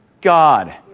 God